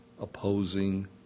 opposing